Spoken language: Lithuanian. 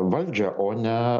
valdžią o ne